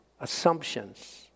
Assumptions